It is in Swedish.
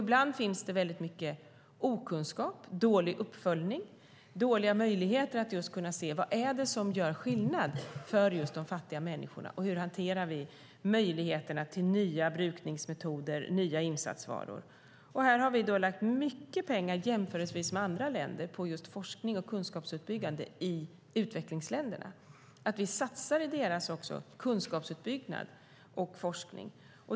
Ibland finns det väldigt mycket okunskap, dålig uppföljning och dåliga möjligheter att se vad som gör skillnad för just de fattiga människorna och hur vi hanterar möjligheterna till nya brukningsmetoder och nya insatsvaror. Här har vi lagt mycket pengar jämfört med andra länder på just forskning och kunskapsuppbyggande i utvecklingsländerna. Vi satsar på deras kunskapsuppbyggnad och forskning.